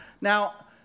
Now